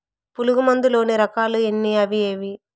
పులుగు మందు లోని రకాల ఎన్ని అవి ఏవి?